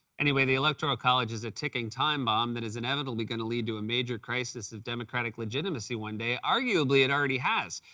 anyway, the electoral college is a ticking time bomb that is inevitably going to lead to a major crisis of democratic legitimacy one day. arguably, it already has.